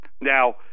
Now